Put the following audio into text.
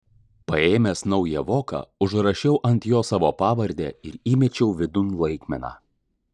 paėmęs naują voką užrašiau ant jo savo pavardę ir įmečiau vidun laikmeną